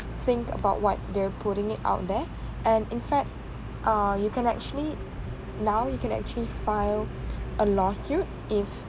think about what they are putting it out there and in fact uh you can actually now you can actually file a lawsuit if